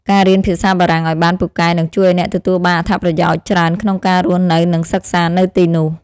ការរៀនភាសាបារាំងឱ្យបានពូកែនឹងជួយឱ្យអ្នកទទួលបានអត្ថប្រយោជន៍ច្រើនក្នុងការរស់នៅនិងសិក្សានៅទីនោះ។